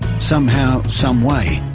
somehow, some way,